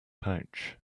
pouch